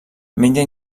menja